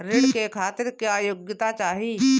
ऋण के खातिर क्या योग्यता चाहीं?